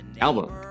Album